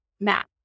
Matt